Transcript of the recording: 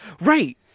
Right